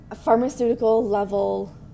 pharmaceutical-level